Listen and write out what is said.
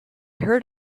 heard